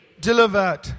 delivered